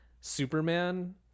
Superman